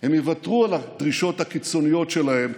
הם יוותרו על הדרישות הקיצוניות שלהם,